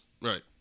Right